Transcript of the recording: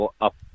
up